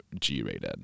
g-rated